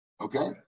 Okay